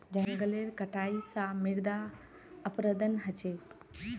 जंगलेर कटाई स मृदा अपरदन ह छेक